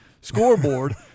scoreboard